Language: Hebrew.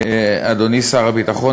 אדוני שר הביטחון,